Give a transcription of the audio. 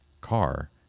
car